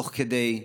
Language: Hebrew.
תוך כדי,